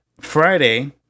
Friday